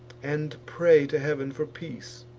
and pray to heav'n for peace,